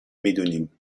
میدونیم